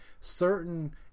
certain